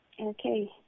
Okay